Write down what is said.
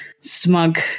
smug